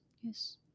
Yes